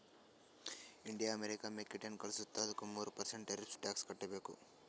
India ಅಮೆರಿಕಾಗ್ ಮೆಕ್ಕಿತೆನ್ನಿ ಕಳುಸತ್ತುದ ಅದ್ದುಕ ಮೂರ ಪರ್ಸೆಂಟ್ ಟೆರಿಫ್ಸ್ ಟ್ಯಾಕ್ಸ್ ಕಟ್ಟಬೇಕ್